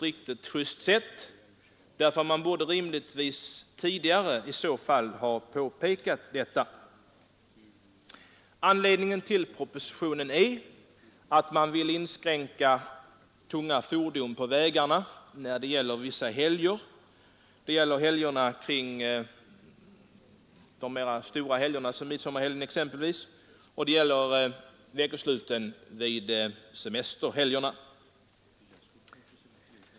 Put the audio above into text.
Riksdagen borde i så fall rimligtvis tidigare ha meddelat detta. Anledningen till propositionen är att man vill inskränka trafiken med tunga fordon på vägarna vid större helger, exempelvis midsommarhelgen, och under veckosluten vid semesterperioderna.